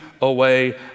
away